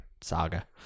saga